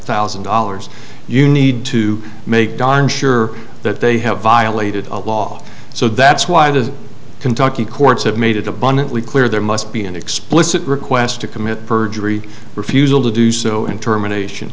thousand dollars you need to make darn sure that they have violated a law so that's why it is kentucky courts have made it abundantly clear there must be an explicit request to commit perjury refusal to do so and termination